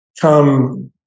come